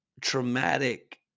traumatic